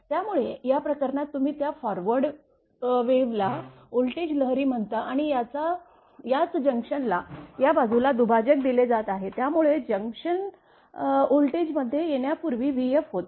त्यामुळे या प्रकरणात तुम्ही त्या फॉरवर्ड वेव्हला व्होल्टेज लहरी म्हणता आणि याच जंक्शनला या बाजूला दुभाजक दिले जात आहे त्यामुळे जंक्शन व्होल्टेजमध्ये येण्यापूर्वी vf होते